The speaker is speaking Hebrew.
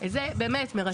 זה מרתק.